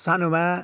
सानोमा